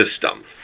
system